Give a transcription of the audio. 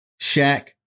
Shaq